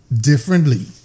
differently